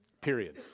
period